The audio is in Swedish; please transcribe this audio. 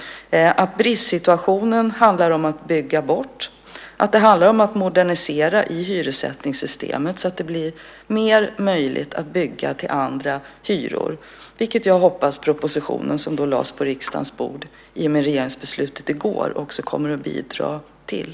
Det handlar om att bygga bort bristsituationen. Det handlar om att modernisera i hyressättningssystemet så att det blir mer möjligt att bygga till andra hyror, vilket jag hoppas att propositionen som lades på riksdagens bord i och med regeringsbeslutet i går också kommer att bli ett bidrag till.